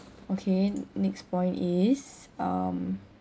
okay next point is um